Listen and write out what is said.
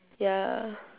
ya